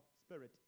Spirit